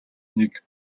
нэг